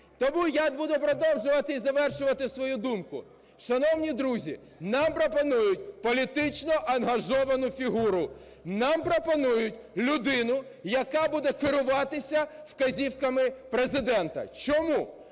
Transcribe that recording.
Тому я буду продовжувати і завершувати свою думку. Шановні друзі, нам пропонують політично ангажовану фігуру, нам пропонують людину, яка буде керуватися вказівками Президента. Чому?